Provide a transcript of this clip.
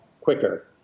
quicker